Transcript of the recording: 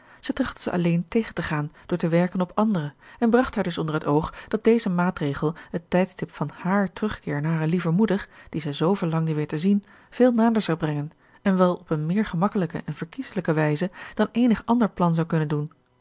trachtte ze alleen tegen te gaan door te werken op andere en bracht haar dus onder het oog dat deze maatregel het tijdstip van hààr terugkeer naar haar lieve moeder die zij zoo verlangde weer te zien veel nader zou brengen en wel op een meer gemakkelijke en verkieselijke wijze dan eenig ander plan zou kunnen doen